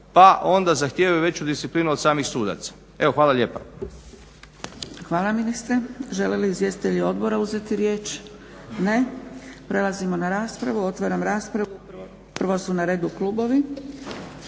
pa onda zahtijevaju veću disciplinu od samih sudaca. Evo, hvala lijepa. **Zgrebec, Dragica (SDP)** Hvala ministre. Žele li izvjestitelji odbora uzeti riječ? Ne. Prelazimo na raspravu. Otvaram raspravu. Prvo su na radu klubovi.